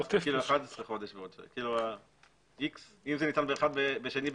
11 חודש ועוד 3. אם זה ניתן ב-2 בינואר,